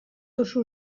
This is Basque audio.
duzu